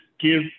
give